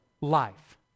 life